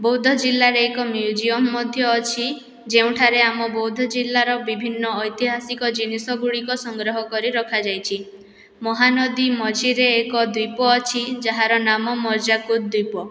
ବୌଦ୍ଧ ଜିଲ୍ଲାରେ ଏକ ମ୍ୟୁଜିୟମ୍ ମଧ୍ୟ ଅଛି ଯେଉଁଠାରେ ଆମ ବୌଦ୍ଧ ଜିଲ୍ଲାର ବିଭିନ୍ନ ଐତିହାସିକ ଜିନିଷ ଗୁଡ଼ିକ ସଂଗ୍ରହ କରି ରଖାଯାଇଛି ମହାନଦୀ ମଝିରେ ଏକ ଦ୍ଵୀପ ଅଛି ଯାହାର ନାମ ମର୍ଜାକୁଦ ଦ୍ଵୀପ